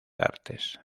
artes